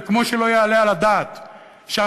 וכמו שלא יעלה על הדעת שהמדינה,